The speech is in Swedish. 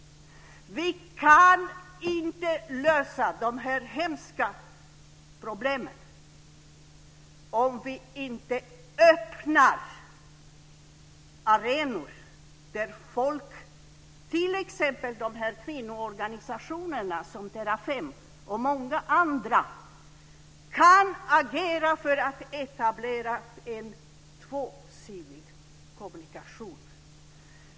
Vi kan inte lösa de här hemska problemen om vi inte öppnar arenor där folk, t.ex. de här kvinnoorganisationerna som Terrafem och många andra, kan agera för att etablera en tvåsidig kommunikation.